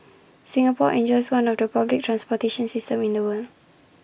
Singapore enjoys one of the public transportation systems in the world